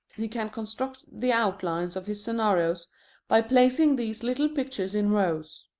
he can construct the outlines of his scenarios by placing these little pictures in rows.